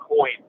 coin